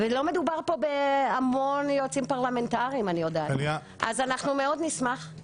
לדאוג גם ליועצים הפרלמנטריים לעמדה כזו.